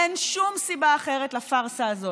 אין שום סיבה אחרת לפארסה הזאת.